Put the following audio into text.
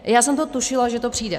Já jsem tušila, že to přijde.